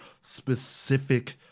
specific